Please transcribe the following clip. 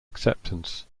acceptance